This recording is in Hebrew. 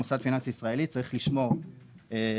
מוסד פיננסי ישראלי צריך לשמור את